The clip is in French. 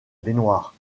baignoire